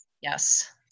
Yes